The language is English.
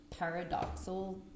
paradoxal